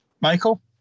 Michael